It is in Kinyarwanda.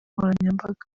nkoranyambaga